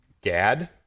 Gad